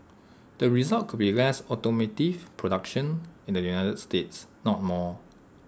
the result could be less automotive production in the united states not more